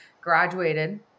graduated